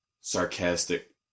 sarcastic